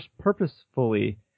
purposefully